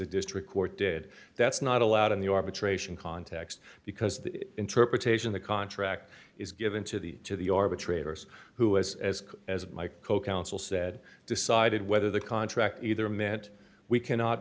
a district court did that's not allowed in the arbitration context because the interpretation of the contract is given to the to the arbitrators who has as as my co counsel said decided whether the contract either meant we cannot